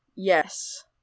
Yes